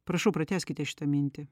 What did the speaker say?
prašau pratęskite šitą mintį